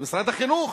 במשרד החינוך,